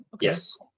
Yes